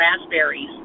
raspberries